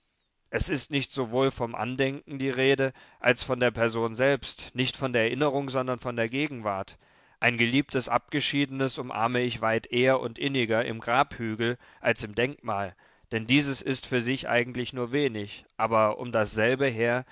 es ist nicht sowohl vom andenken die rede als von der person selbst nicht von der erinnerung sondern von der gegenwart ein geliebtes abgeschiedenes umarme ich weit eher und inniger im grabhügel als im denkmal denn dieses ist für sich eigentlich nur wenig aber um dasselbe her